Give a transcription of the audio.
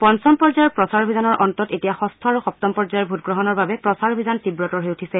পঞ্চম পৰ্যায়ৰ প্ৰচাৰ অভিযানৰ অন্তত এতিয়া যষ্ঠ আৰু সপ্তম পৰ্যায়ৰ ভোটগ্ৰহণৰ বাবে প্ৰচাৰ অভিযান তীৱতৰ হৈ উঠিছে